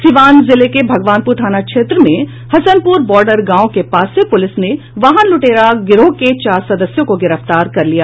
सीवान जिले के भगवानपुर थाना क्षेत्र में हसनपुरा बार्डर गांव के पास से पुलिस ने वाहन लुटेरा गिरोह के चार सदस्यों को गिरफ्तार कर लिया